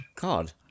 God